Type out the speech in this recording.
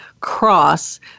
cross